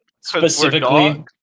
Specifically